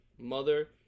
Mother